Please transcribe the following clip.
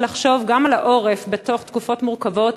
לחשוב גם על העורף בתקופות מורכבות.